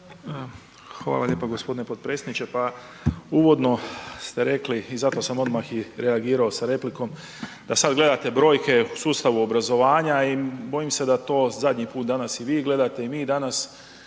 Hvala lijepo g. potpredsjedniče. Pa uvodno ste rekli, i zato sam odmah i reagirao s replikom. Da sad gledate brojke u sustavu obrazovanja i bojim se da to zadnji put danas i vi gledate i mi danas,